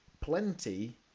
plenty